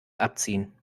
abziehen